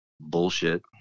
bullshit